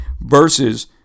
versus